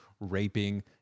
raping